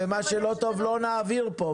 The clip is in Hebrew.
מה שלא טוב, לא נעביר כאן.